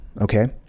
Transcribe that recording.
okay